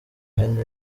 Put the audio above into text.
henry